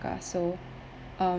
~ka so